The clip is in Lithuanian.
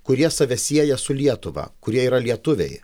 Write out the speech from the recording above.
kurie save sieja su lietuva kurie yra lietuviai